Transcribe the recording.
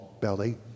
belly